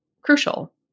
crucial